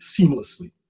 seamlessly